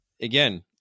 again